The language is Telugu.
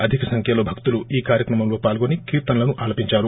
అధిక సంఖ్యలో భక్తులు ఈ కార్చక్రమంలో పాల్గొని కీర్తనలను ఆలపించారు